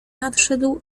nadszedł